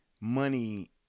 money